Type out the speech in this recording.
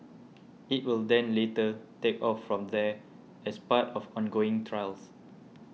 it will then later take off from there as part of ongoing trials